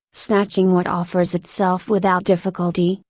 snatching what offers itself without difficulty,